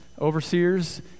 overseers